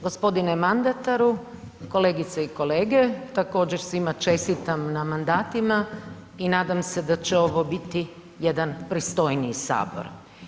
G. mandataru, kolegice i kolege, također, svima čestitam na mandatima i nadam se da će ovo biti jedan pristojniji Sabor.